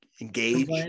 Engage